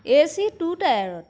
A C two টায়াৰত